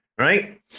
right